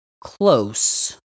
close